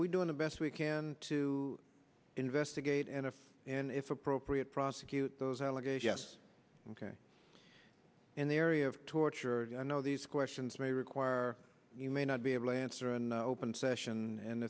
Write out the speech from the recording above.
we doing the best we can to investigate and if and if appropriate prosecute those allegations yes ok in the area of torture i know these questions may require you may not be able to answer and open session and